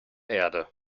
erde